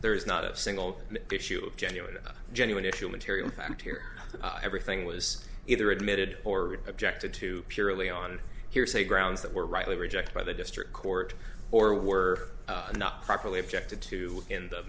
there is not us single issue of genuine genuine if you material fact here everything was either admitted or objected to purely on hearsay grounds that were rightly rejected by the district court or were not properly objected to in the